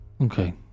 Okay